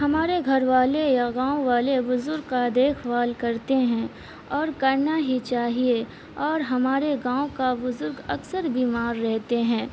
ہمارے گھر والے یا گاؤں والے بزرگ کا دیکھ بھال کرتے ہیں اور کرنا ہی چاہیے اور ہمارے گاؤں کا بزرگ اکثر بیمار رہتے ہیں